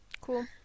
cool